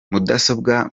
mudasobwa